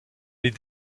les